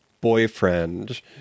boyfriend